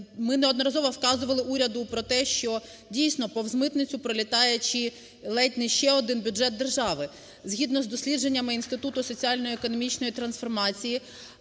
ми неодноразово вказували уряду про те, що, дійсно, повз митницю пролітаючи ледь не ще один бюджет держави. Згідно з дослідженнями Інституту соціально-економічної трансформації